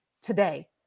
today